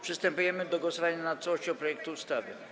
Przystępujemy do głosowania nad całością projektu ustawy.